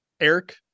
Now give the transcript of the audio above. Eric